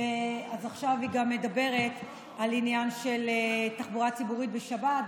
אז עכשיו היא מדברת גם על עניין של תחבורה ציבורית בשבת.